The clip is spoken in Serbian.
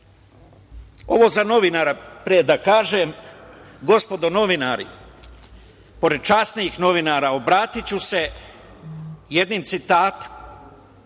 ovo za novinara pre da kažem. Gospodo novinari, pored časnih novinara, obratiću se jednim citatom